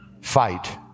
Fight